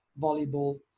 volleyball